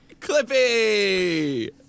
Clippy